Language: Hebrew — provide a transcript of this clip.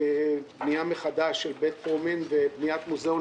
לבנייה מחדש של בית פרומים ובניית מוזיאון